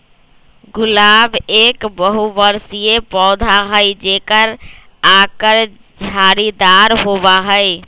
गुलाब एक बहुबर्षीय पौधा हई जेकर आकर झाड़ीदार होबा हई